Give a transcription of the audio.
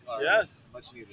Yes